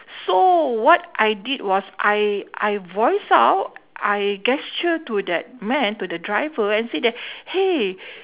so what I did was I I voiced out I gesture to that man to the driver and say that !hey!